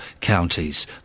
counties